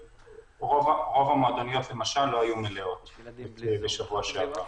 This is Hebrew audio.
רוב המועדוניות לא היו מלאות בשבוע שעבר.